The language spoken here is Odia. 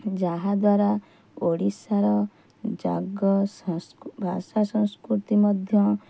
ଯାହା ଦ୍ଵାରା ଓ଼ଡିଶାର ଜାଗ ସଂସ୍କ ଭାଷା ସଂସ୍କୃତି ମଧ୍ୟ